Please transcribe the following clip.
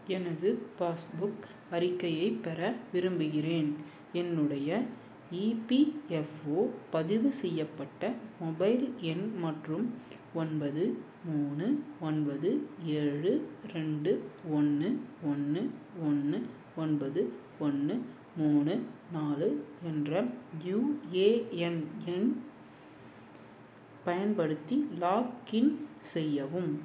எனது பாஸ்புக் அறிக்கையை பெற விரும்புகிறேன் என்னுடைய இபிஎஃப்ஓ பதிவு செய்யப்பட்ட மொபைல் எண் மற்றும் ஒன்பது மூணு ஒன்பது ஏழு ரெண்டு ஒன்று ஒன்று ஒன்று ஒன்பது ஒன்று மூணு நாலு என்ற யுஏஎன் எண் பயன்படுத்தி லாக்இன் செய்யவும்